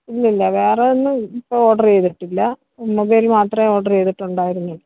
ഇല്ലില്ല വേറെയൊന്നും ഇപ്പോൾ ഓട്രർ ചെയ്തിട്ടില്ല മൊബൈല് മാത്രമേ ഓട്രർ ചെയ്തിട്ടുണ്ടായിരുന്നുളളൂ